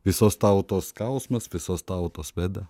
visos tautos skausmas visos tautos bėda